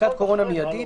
"בדיקת קורונה מיידית"